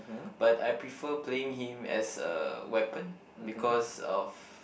but I prefer playing him as a weapon because of